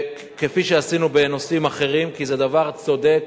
כפי שעשינו בנושאים אחרים, כי זה דבר צודק.